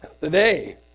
today